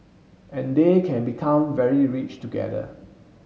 and they can become very rich together